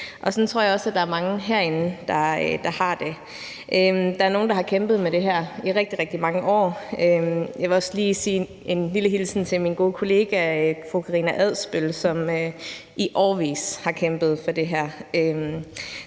og sådan tror jeg også mange herinde har det. Der er nogle, der har kæmpet for det her i rigtig, rigtig mange år, og jeg vil også lige sende en lille hilsen til min gode kollega fru Karina Adsbøl, som i årevis har kæmpet for det her.